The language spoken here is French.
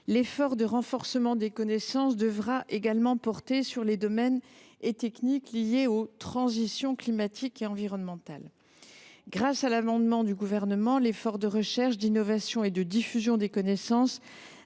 l’effort de renforcement des connaissances devra également porter sur les domaines et techniques liés aux transitions climatiques et environnementales. De même, l’effort de recherche, d’innovation et de diffusion des connaissances